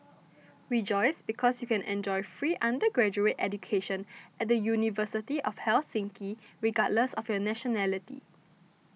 rejoice because you can enjoy free undergraduate education at the University of Helsinki regardless of your nationality